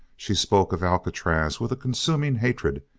she spoke of alcatraz with a consuming hatred.